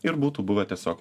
ir būtų buvę tiesiog